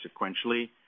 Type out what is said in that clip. sequentially